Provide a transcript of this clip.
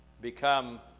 become